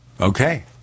okay